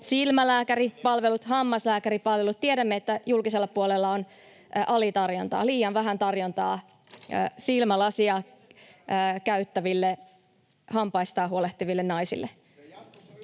Silmälääkäripalvelut, hammaslääkäripalvelut — tiedämme, että julkisella puolella on alitarjontaa, liian vähän tarjontaa silmälaseja käyttäville, hampaistaan huolehtiville naisille.